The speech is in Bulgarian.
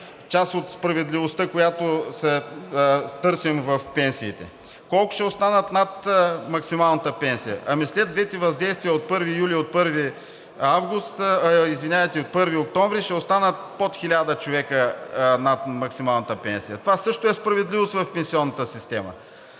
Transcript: част от справедливостта, която търсим в пенсиите. Колко ще останат над максималната пенсия? След двете въздействия от 1 юли и от 1 октомври ще останат под 1000 човека над максималната пенсия. Това също е справедливост в пенсионната система.